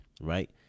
right